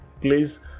please